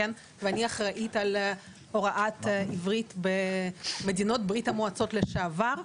ואני אחראית על הוראת עברית במדינות ברית-המועצות לשעבר.